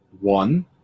One